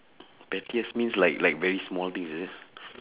pettiest means like like very small thing is it